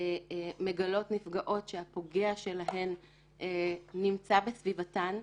הנפגעות מגלות שהפוגע שלהן נמצא בסביבתן,